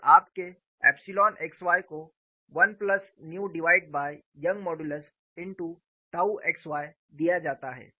और आपके epsilon x y को 1 plus nu divided by young modulus into tau x y दिया जाता है